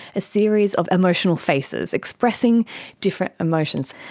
a series of emotional faces expressing different emotions,